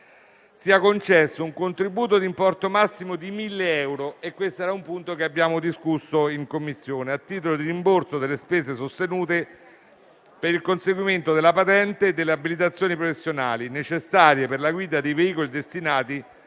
sia concesso un contributo di importo massimo di 1.000 euro - e questo era un punto che abbiamo discusso in Commissione - a titolo di rimborso delle spese sostenute per il conseguimento della patente e delle abilitazioni professionali necessarie per la guida di veicoli destinati